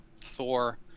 Thor